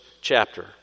chapter